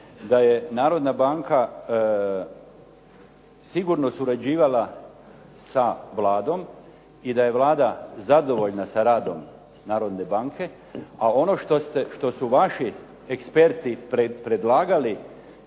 da je Narodna banka sigurno surađivala sa Vladom i da je Vlada zadovoljna sa radom Narodne banke. A ono što su vaši eksperti predlagali,